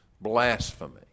blasphemy